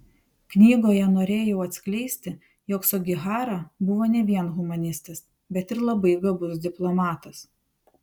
knygoje norėjau atskleisti jog sugihara buvo ne vien humanistas bet ir labai gabus diplomatas